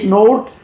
note